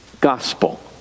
gospel